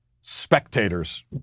spectators